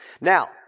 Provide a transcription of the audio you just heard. Now